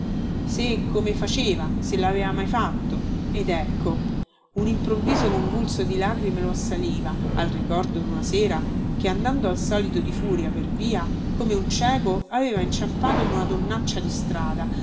se e come faceva se laveva mai fatto ed ecco un improvviso convulso di lagrime lo assaliva al ricordo duna sera che andando al solito di furia per via come un cieco aveva inciampato in una donnaccia di strada